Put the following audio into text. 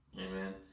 amen